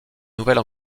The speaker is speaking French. nouvelle